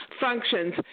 functions